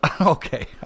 Okay